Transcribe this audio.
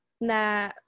na